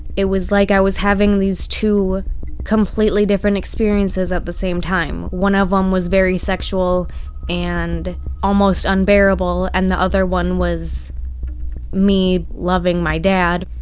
it was like i was having these two completely different experiences at the same time. one of them um was very sexual and almost unbearable. and the other one was me loving my dad